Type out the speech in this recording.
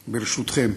ברשותכם,